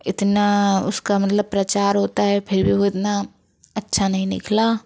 इतना उसका मतलब प्रचार होता है फिर भी वो इतना अच्छा नहीं निकला